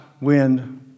wind